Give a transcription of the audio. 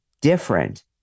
different